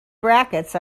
brackets